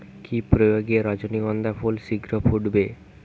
কি প্রয়োগে রজনীগন্ধা ফুল শিঘ্র ফুটবে?